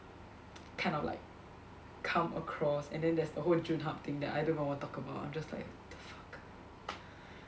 kind of like come across and then there's the whole Joon Hup thing that I don't even wanna talk about I'm just like the fuck